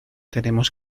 tenemos